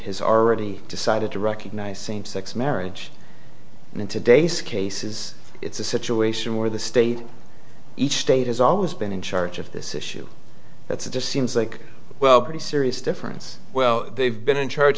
has already decided to recognize same sex marriage and in today's cases it's a situation where the state each state has always been in charge of this issue that's it just seems like well pretty serious difference well they've been in charge